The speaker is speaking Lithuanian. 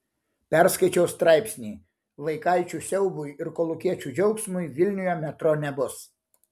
perskaičiau straipsnį vaikaičių siaubui ir kolūkiečių džiaugsmui vilniuje metro nebus